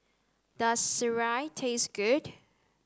does Sireh taste good